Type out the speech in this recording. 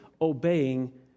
obeying